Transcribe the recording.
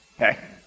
okay